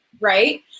Right